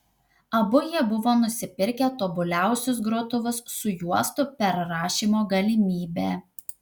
abu jie buvo nusipirkę tobuliausius grotuvus su juostų perrašymo galimybe